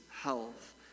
health